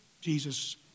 Jesus